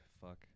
fuck